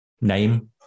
name